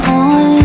on